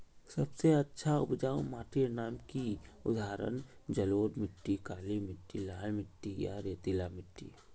सबसे अच्छा उपजाऊ माटिर नाम की उदाहरण जलोढ़ मिट्टी, काली मिटटी, लाल मिटटी या रेतीला मिट्टी?